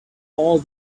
all